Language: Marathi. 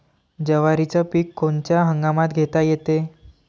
जवारीचं पीक कोनच्या हंगामात घेता येते?